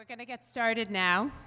we're going to get started now